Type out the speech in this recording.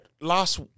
last